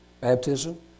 baptism